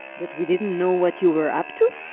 that we didn't know what you were up to!